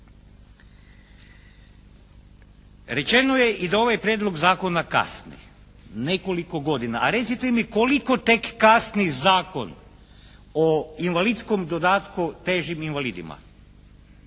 Rečeno je i da ovaj prijedlog zakona kasni nekoliko godina, a recite mi koliko tek kasni Zakon o invalidskom dodatku težim invalidima?